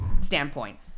standpoint